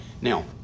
Now